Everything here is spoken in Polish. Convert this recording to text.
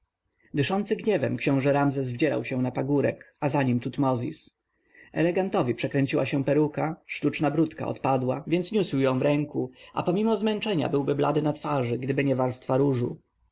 dyszący gniewem książę ramzes wdzierał się na pagórek a za nim tutmozis elegantowi przekręciła się peruka sztuczna bródka odpadła więc niósł ją w ręku a pomimo zmęczenia byłby blady na twarzy gdyby nie warstwa różu